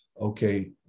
okay